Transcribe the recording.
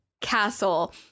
castle